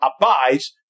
abides